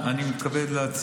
חוק